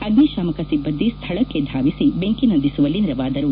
ಅಗ್ನಿಶಾಮಕ ಸಿಬ್ಬಂದಿ ಸ್ವಳಕ್ಷೆ ಧಾವಿಸಿ ಬೆಂಕಿ ನಂದಿಸುವಲ್ಲಿ ನೆರವಾದರು